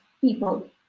people